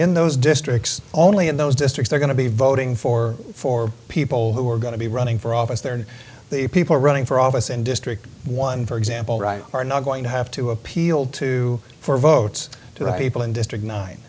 in those districts only in those districts are going to be voting for for people who are going to be running for office there and the people running for office and district one for example right are not going to have to appeal to for votes to have people in district nine